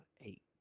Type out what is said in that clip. eight